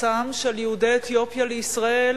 מסעם של יהודי אתיופיה לישראל,